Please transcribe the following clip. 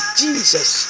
jesus